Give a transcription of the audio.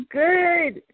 good